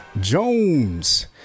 Jones